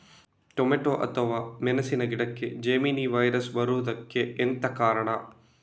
Tomato ಅಥವಾ ಮೆಣಸಿನ ಗಿಡಕ್ಕೆ ಜೆಮಿನಿ ವೈರಸ್ ಬರುವುದಕ್ಕೆ ಎಂತ ಕಾರಣ?